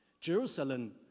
Jerusalem